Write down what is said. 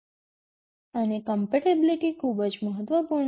અને કમ્પેટીબીલીટી ખૂબ જ મહત્વપૂર્ણ છે